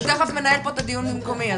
הוא תיכף מנהל פה את הדיון במקומי,